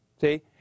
See